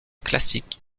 classique